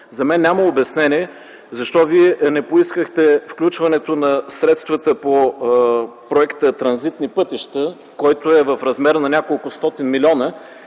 За мен няма обяснение защо Вие не поискахте включването на средствата по проекта „Транзитни пътища”, който е в размер на няколкостотин милиона.